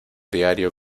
diario